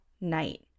night